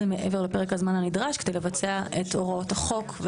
מעבר לפרק הזמן הנדרש כדי לבצע את הוראות החוק.